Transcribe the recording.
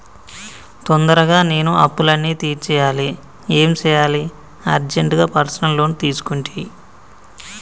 తొందరగా నేను అప్పులన్నీ తీర్చేయాలి ఏం సెయ్యాలి అర్జెంటుగా పర్సనల్ లోన్ తీసుకుంటి